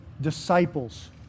disciples